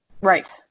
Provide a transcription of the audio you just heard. Right